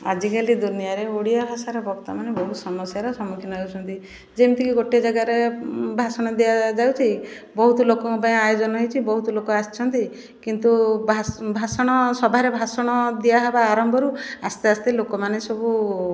ଆଜିକାଲି ଦୁନିଆରେ ଓଡ଼ିଆ ଭାଷାରେ ବର୍ତ୍ତମାନ ବହୁତ ସମସ୍ୟାର ସମ୍ମୁଖୀନ ହେଉଛନ୍ତି ଯେମିତିକି ଗୋଟେ ଯାଗାରେ ଭାଷଣ ଦିଆଯାଉଛି ବହୁତ ଲୋକଙ୍କ ପାଇଁ ଆୟୋଜନ ହେଇଛି ବହୁତ ଲୋକ ଆସିଛନ୍ତି କିନ୍ତୁ ଭାଷଣ ସଭାରେ ଭାଷଣ ଦିଆ ହେବା ଆରମ୍ଭରୁ ଆସ୍ତେ ଆସ୍ତେ ଲୋକମାନେ ସବୁ